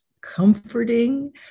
comforting